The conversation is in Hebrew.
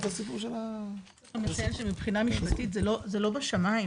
אני רוצה לציין שמבחינה משפטית זה לא בשמיים,